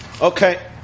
Okay